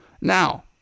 Now